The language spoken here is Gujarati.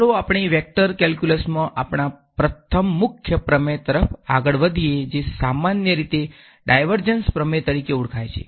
ચાલો આપણે વેક્ટર કેલ્ક્યુલસમાં આપણા પ્રથમ મુખ્ય પ્રમેય તરફ આગળ વધીએ જે સામાન્ય રીતે ડાયવર્જન્સ પ્રમેય તરીકે ઓળખાય છે